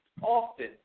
often